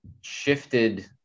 shifted